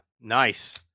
Nice